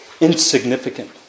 insignificant